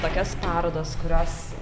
tokias parodas kurios